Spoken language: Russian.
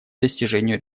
достижению